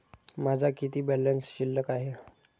माझा किती बॅलन्स शिल्लक आहे?